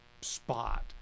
spot